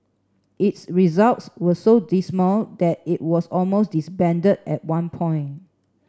its results were so dismal that it was almost disbanded at one point